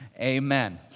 Amen